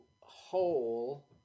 hole